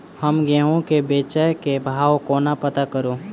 हम गेंहूँ केँ बेचै केँ भाव कोना पत्ता करू?